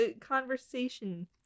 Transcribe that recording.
conversation